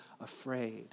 afraid